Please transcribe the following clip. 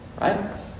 right